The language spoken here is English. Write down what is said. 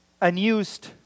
unused